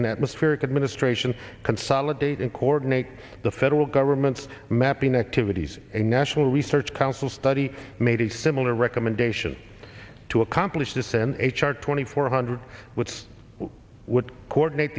and atmospheric administration consolidate and coordinate the federal government's mapping activities a national research council study made similar recommendation to accomplish this in h r twenty four hundred which would coordinate